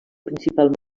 principal